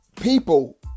people